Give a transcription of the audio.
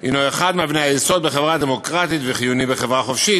הוא אחת מאבני היסוד בחברה דמוקרטית וחיוני בחברה חופשית.